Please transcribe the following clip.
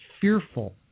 fearful